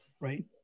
right